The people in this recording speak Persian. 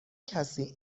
کسی